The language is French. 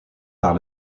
par